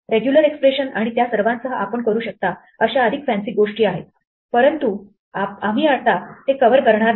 regular expression आणि त्या सर्वांसह आपण करू शकता अशा अधिक फॅन्सी गोष्टी आहेत परंतु आम्ही आत्ता ते कव्हर करणार नाही